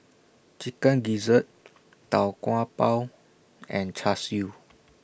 Chicken Gizzard Tau Kwa Pau and Char Siu